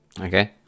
Okay